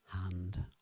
hand